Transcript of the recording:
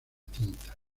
tinta